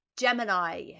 gemini